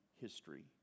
history